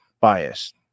bias